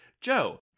Joe